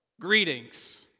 Greetings